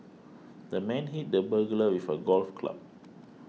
the man hit the burglar with a golf club